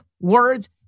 words